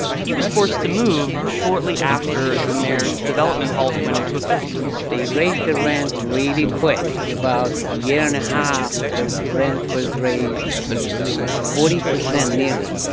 he was forced to move shortly after the mayor's development halt went into effect they raised the rent really quick. in about a year and a half, the rent was raised forty percent nearly.